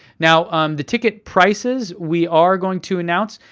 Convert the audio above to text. now the ticket prices we are going to announce.